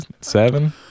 Seven